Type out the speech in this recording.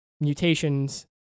mutations